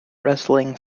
wrestling